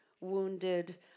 wounded